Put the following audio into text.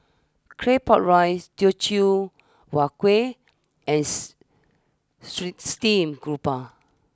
Claypot Rice Teochew Huat Kuih and stream grouper